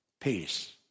peace